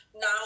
now